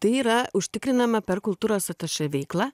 tai yra užtikrinama per kultūros atašė veiklą